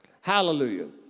Hallelujah